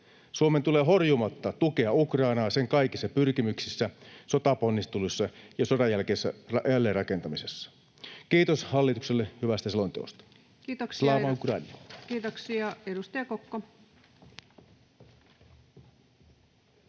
Suomen tulee horjumatta tukea Ukrainaa sen kaikissa pyrkimyksissä, sotaponnisteluissa ja sodan jälkeisessä jälleenrakentamisessa. Kiitos hallitukselle hyvästä selonteosta. Slava